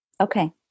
okay